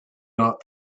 not